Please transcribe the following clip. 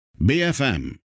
BFM